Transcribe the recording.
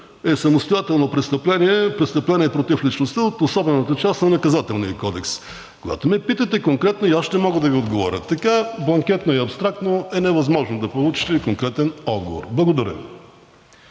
е самостоятелно престъпление против личността от особената част на Наказателния кодекс. Когато ме питате конкретно, и аз ще мога да Ви отговоря. Така бланкетно и абстрактно е невъзможно да получите конкретен отговор. Благодаря